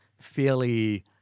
fairly